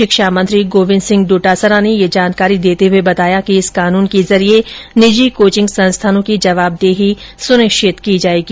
शिक्षा मंत्री गोविन्द सिंह डोटासरा ने ये जानकारी देते हुए बताया कि इस कानून के जरिए निजी कोचिंग संस्थानों की जवाबदेही सुनिश्चित की जाएगी